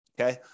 Okay